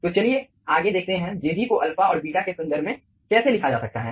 तो चलिए आगे देखते हैं jg को अल्फा और बीटा के संदर्भ में कैसे लिखा जा सकता है